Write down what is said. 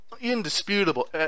indisputable